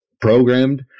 programmed